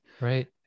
right